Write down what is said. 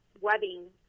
webbing